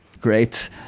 Great